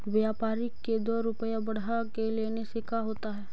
व्यापारिक के दो रूपया बढ़ा के लेने से का होता है?